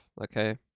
okay